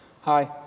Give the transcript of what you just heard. Hi